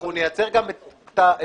אנחנו נייצר גם את הקריטריונים,